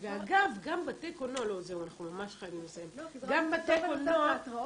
אף אחד לא אומר את זה, אבל